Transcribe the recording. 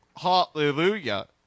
Hallelujah